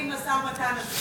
עם המשא-ומתן הזה.